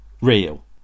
real